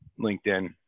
LinkedIn